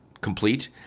complete